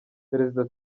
perezida